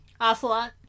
Ocelot